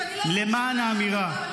למען האמירה.